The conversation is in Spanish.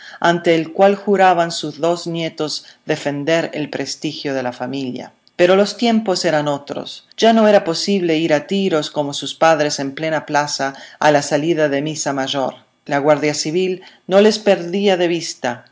ante el cual juraban sus dos nietos defender el prestigio de la familia pero los tiempos eran otros ya no era posible ir a tiros como sus padres en plena plaza a la salida de misa mayor la guardia civil no les perdía de vista